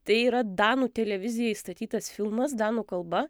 tai yra danų televizijai statytas filmas danų kalba